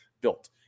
Built